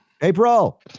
April